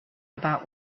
about